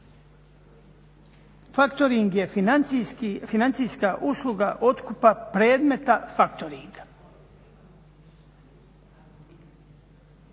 Factoring je financijska usluga otkupa predmeta factoringa.